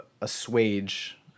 assuage